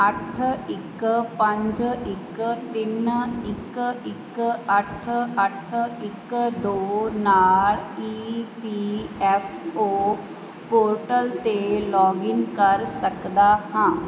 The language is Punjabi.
ਅੱਠ ਇੱਕ ਪੰਜ ਇੱਕ ਤਿੰਨ ਇੱਕ ਇੱਕ ਅੱਠ ਅੱਠ ਇੱਕ ਦੋ ਨਾਲ E P F O portal 'ਤੇ ਲੋਗਿਨ ਕਰ ਸਕਦਾ ਹਾਂ